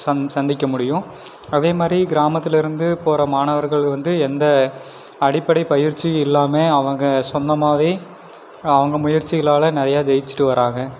சந் சந்திக்க முடியும் அதே மாரி கிராமத்தில் இருந்து போகற மாணவர்கள் வந்து எந்த அடிப்படை பயிற்சியும் இல்லாமல் அவங்க சொந்தமாகவே அவங்க முயற்சிகளால் நிறையா ஜெய்ச்சிகிட்டு வராங்க